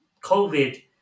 COVID